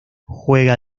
juega